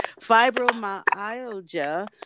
fibromyalgia